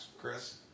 Chris